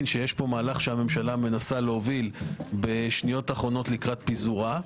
שיש פה מהלך שהממשלה מנסה להוביל בשניות אחרונות לקראת פיזורה,